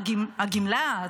הגמלה,